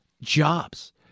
jobs